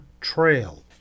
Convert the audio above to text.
Trail